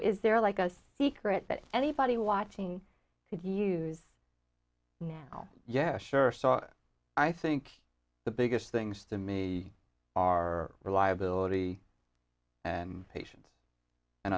is there like a secret that anybody watching could use now yeah sure so i think the biggest things to me are reliability and patience and